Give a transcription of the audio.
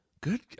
Good